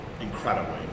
Incredibly